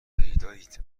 پیدایید